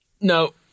No